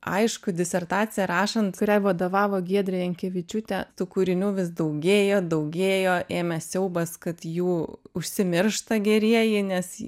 aišku disertaciją rašant kuriai vadovavo giedrė jankevičiūtė tų kūrinių vis daugėjo daugėjo ėmė siaubas kad jų užsimiršta gerieji nes